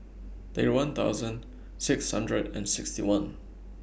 thirty one thousand six hundred and sixty one